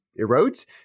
erodes